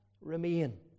remain